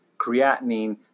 creatinine